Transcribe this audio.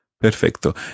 Perfecto